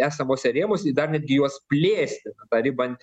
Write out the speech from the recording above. esamuose rėmuose ir dar netgi juos plėsti tą ribą